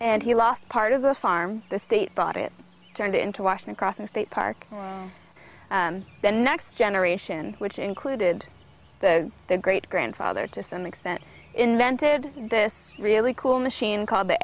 and he lost part of a farm the state brought it turned into washington crossing state park the next generation which included the great grandfather to some extent invented this really cool machine called the